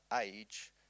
age